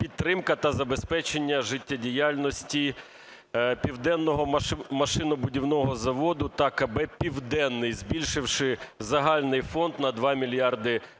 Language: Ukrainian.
"Підтримка та забезпечення життєдіяльності Південного машинобудівного заводу та КБ "Південний", збільшивши загальний фонд на 2 мільярди гривень.